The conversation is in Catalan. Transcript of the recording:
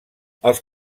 els